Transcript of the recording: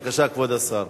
בבקשה, כבוד השר.